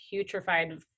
putrefied